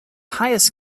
highest